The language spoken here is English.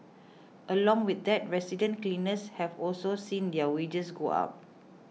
along with that resident cleaners have also seen their wages go up